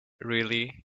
really